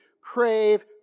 crave